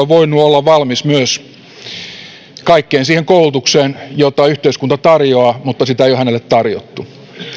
voinut olla valmis myös kaikkeen siihen koulutukseen jota yhteiskunta tarjoaa mutta sitä ei ole hänelle tarjottu